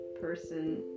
person